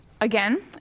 again